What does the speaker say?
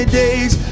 days